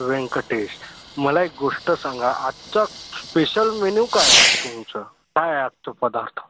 व्यंकटेश मला एक गोष्ट सांगा आजचा स्पेशल मेन्यू काय आहे तुमचा काय आहे आजचं पदार्थ